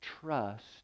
trust